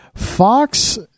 Fox